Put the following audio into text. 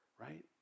right